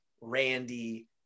Randy